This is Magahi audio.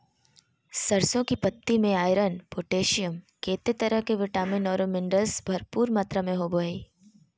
सरसों की पत्ति में आयरन, पोटेशियम, केते तरह के विटामिन औरो मिनरल्स भरपूर मात्रा में होबो हइ